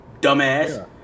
dumbass